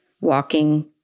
walking